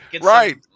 right